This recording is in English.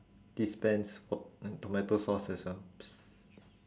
dispense wa~ mm tomato sauce also